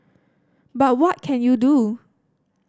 but what can you do